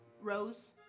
rose